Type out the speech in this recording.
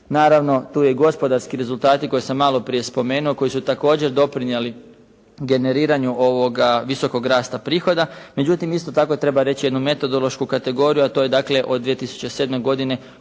Naravno tu je i gospodarski rezultati koje sam malo prije spomenuo koji su također doprinijeli generiranju ovoga visokog rasta prihoda. Međutim isto tako treba reći jednu metodološku kategoriju, a to je dakle od 2007. godine u